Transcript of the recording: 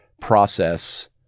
process